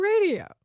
radio